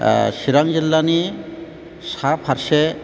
चिरां जिल्लानि साहा फारसे